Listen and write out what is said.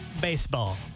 baseball